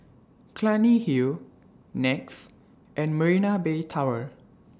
Clunny Hill Nex and Marina Bay Tower